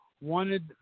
wanted